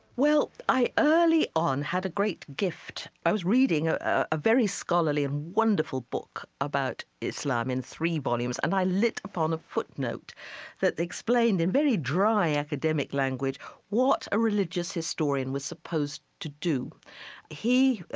well, i early on had a great gift. i was reading a a very scholarly and wonderful book about islam in three volumes, and i lit upon a footnote that explained in very dry academic language what a religious historian was supposed to do he,